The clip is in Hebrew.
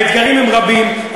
האתגרים הם רבים,